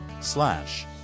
slash